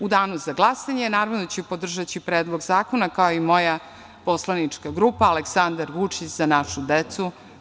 U danu za glasanje, naravno da ću podržati Predlog zakona, kao i moja poslanička grupa Aleksandar Vučić – Za našu decu.